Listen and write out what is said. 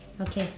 okay